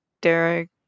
Derek